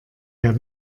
der